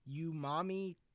Umami